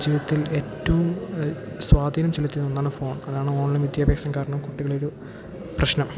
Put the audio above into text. ജീവിതത്തിൽ ഏറ്റവും സ്വാധീനം ചെലുത്തിയ ഒന്നാണ് ഫോൺ അതാണ് ഓൺലൈൻ വിദ്യാഭ്യാസം കാരണം കുട്ടികളിൽ പ്രശ്നം